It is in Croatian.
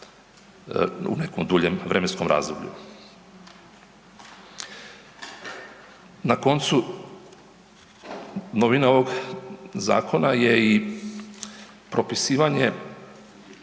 u nekom duljem vremenskom razdoblju. Na koncu novina ovog zakona je i propisivanje,